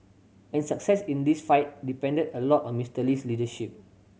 and success in this fight depended a lot on Mister Lee's leadership